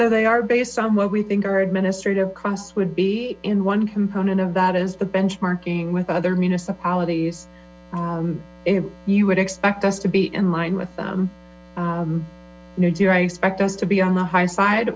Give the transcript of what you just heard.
so they are based on what we think our administrative costs would be in one component of that is the benchmarking with other municipalities you would expect us to be in line with them nor do i expect us to be on the high side